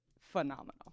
phenomenal